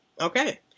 okay